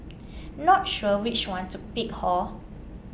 not sure which one to pick hor